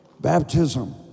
baptism